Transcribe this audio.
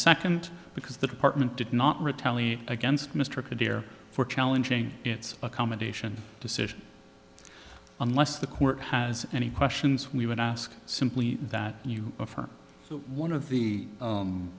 second because the department did not retaliate against mr coderre for challenging its accommodation decision unless the court has any questions we would ask simply that you prefer one of